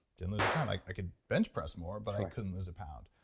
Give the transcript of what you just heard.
didn't lose a pound. i could bench press more, but i couldn't lose a pound.